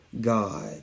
God